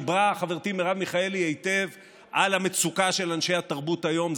דיברה חברתי מרב מיכאלי היטב על המצוקה של אנשי התרבות היום.